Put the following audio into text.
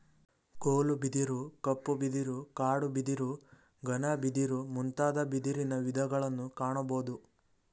ಕೋಲು ಬಿದಿರು, ಕಪ್ಪು ಬಿದಿರು, ಕಾಡು ಬಿದಿರು, ಘನ ಬಿದಿರು ಮುಂತಾದ ಬಿದಿರಿನ ವಿಧಗಳನ್ನು ಕಾಣಬೋದು